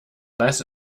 less